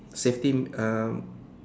safety um